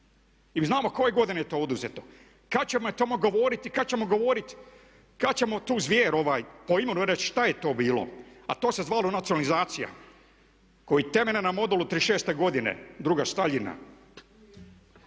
i znamo koje je godine to oduzeto. Kad ćemo o tome govoriti, kad ćemo govoriti, kad ćemo tu zvijer po imenu reći šta je to bilo, a to se zvalo nacionalizacija koja je temeljena na modulu trideset i šeste godine druga Staljina.